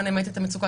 המצוקה